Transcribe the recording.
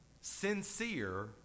sincere